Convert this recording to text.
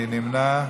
מי נמנע?